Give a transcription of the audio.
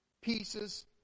pieces